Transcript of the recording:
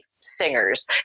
singers